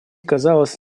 казалось